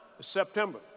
September